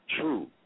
true